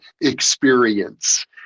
experience